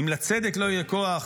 אם לצדק לא יהיה כוח,